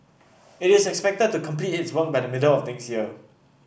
it is expected to complete its work by the middle of next year